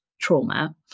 trauma